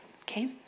Okay